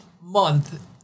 month